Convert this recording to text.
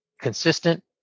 consistent